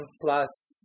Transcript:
plus